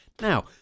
Now